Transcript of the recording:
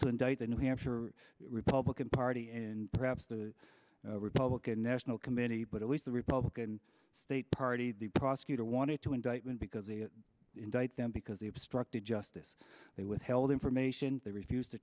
to indict the new hampshire republican party and perhaps the republican national committee but it was the republican state party the prosecutor wanted to indictment because the indict them because they obstructed justice they withheld information they refused to